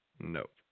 Nope